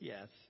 Yes